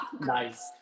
nice